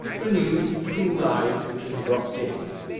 renewed two lives which had dropped in.